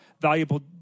valuable